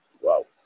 Wow